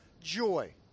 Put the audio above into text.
joy